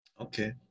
Okay